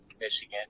michigan